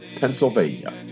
Pennsylvania